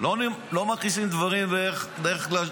בדרך כלל לא מכניסים דברים דמיוניים,